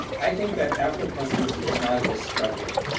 i think that afropessimism is not a discovery.